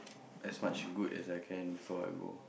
as much good as I can before I go